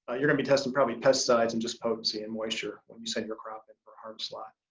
you're gonna be testing probably pesticides and just potency and moisture when you send your crop in for harvest lot.